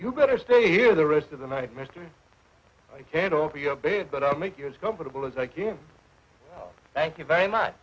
you gotta stay here the rest of the night mostly i can't offer you a bit but i'll make yours comfortable as i can thank you very much